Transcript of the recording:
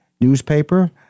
Newspaper